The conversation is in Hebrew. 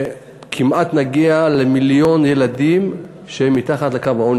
ונגיע כמעט למיליון ילדים שהם מתחת לקו העוני.